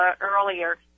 earlier